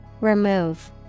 Remove